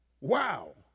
Wow